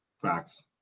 Facts